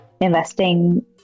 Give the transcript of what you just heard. investing